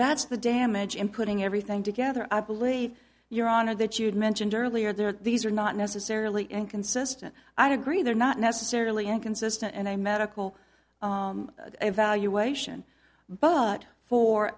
that's the damage in putting everything together i believe your honor that you mentioned earlier that these are not necessarily inconsistent i'd agree they're not necessarily inconsistent and a medical evaluation but for